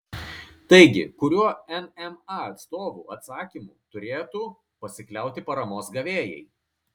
taigi kuriuo nma atstovų atsakymu turėtų pasikliauti paramos gavėjai